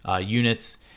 units